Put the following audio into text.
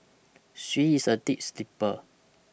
she is a deep sleeper